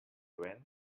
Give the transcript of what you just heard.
went